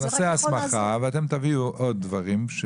נעשה הסמכה ואתם תביאו עוד דברים,